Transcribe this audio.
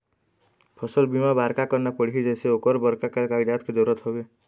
फसल बीमा बार का करना पड़ही जैसे ओकर बर का का कागजात के जरूरत हवे?